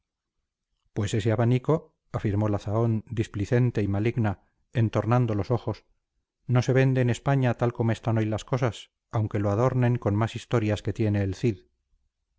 pues ese abanico afirmó la zahón displicente y maligna entornando los ojos no se vende en españa tal como están hoy las cosas aunque lo adornen con más historias que tiene el